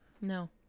No